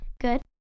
Good